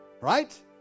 Right